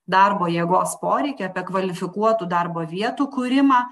darbo jėgos poreikį apie kvalifikuotų darbo vietų kūrimą